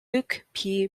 luke